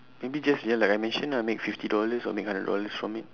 maybe just ya like I mentioned ah maybe make fifty dollar or hundred dollars from it